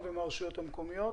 בועז,